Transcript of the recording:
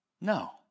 No